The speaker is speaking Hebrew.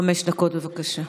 חמש דקות, בבקשה.